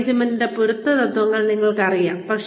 മാനേജ്മെന്റിന്റെ പൊതുതത്ത്വങ്ങൾ നിങ്ങൾക്കറിയാം